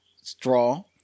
Straw